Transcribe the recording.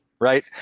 right